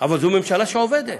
אבל זו ממשלה שעובדת,